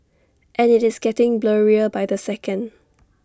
and IT is getting blurrier by the second